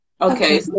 Okay